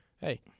hey